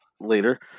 later